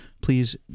please